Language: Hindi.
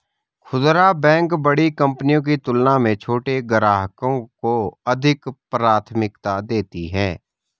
खूदरा बैंक बड़ी कंपनियों की तुलना में छोटे ग्राहकों को अधिक प्राथमिकता देती हैं